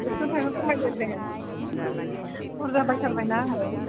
एक्स'ताका खमायदो दे बुर्जा बायथारबाय ना आङो